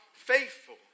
faithful